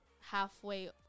halfway